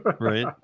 Right